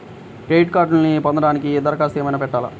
Credit కార్డ్ను పొందటానికి దరఖాస్తు ఏమయినా పెట్టాలా?